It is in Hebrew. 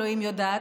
אלוהים יודעת,